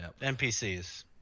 npcs